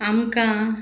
आमकां